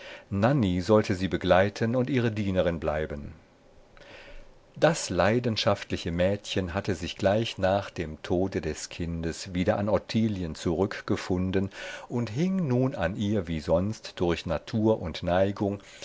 sollte sie begleiten und ihre dienerin bleiben das leidenschaftliche mädchen hatte sich gleich nach dem tode des kindes wieder an ottilien zurückgefunden und hing nun an ihr wie sonst durch natur und neigung